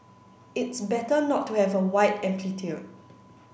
it's better not to have a wide amplitude